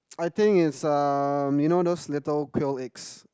I think it's err you know those little quail eggs